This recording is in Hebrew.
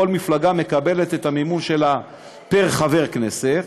כל מפלגה מקבלת את המימון שלה פר חבר כנסת,